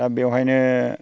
दा बेवहायनो